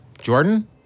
Jordan